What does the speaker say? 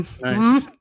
Nice